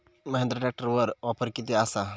महिंद्रा ट्रॅकटरवर ऑफर किती आसा?